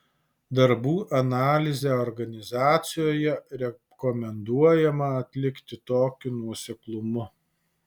darbų analizę organizacijoje rekomenduojama atlikti tokiu nuoseklumu